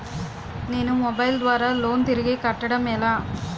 నేను మొబైల్ ద్వారా లోన్ తిరిగి కట్టడం ఎలా?